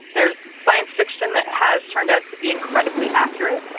there's science fiction that has turned out to be incredibly accurate.